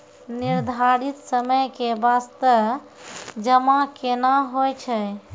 निर्धारित समय के बास्ते जमा केना होय छै?